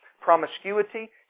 promiscuity